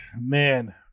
man